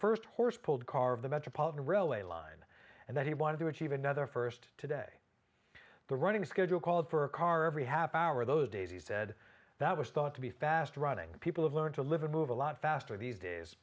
first horse pulled car of the metropolitan railway line and that he wanted to achieve another first today the running schedule called for a car every half hour those days he said that was thought to be fast running people have learned to live and move a lot faster these days